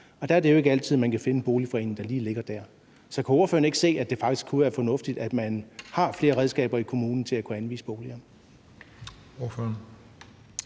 Og der er det jo ikke altid, man kan finde en boligforening, der lige ligger der. Så kan ordføreren ikke se, at det faktisk kunne være fornuftigt, at man har flere redskaber i kommunen til at kunne anvise boliger?